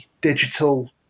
digital